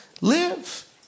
Live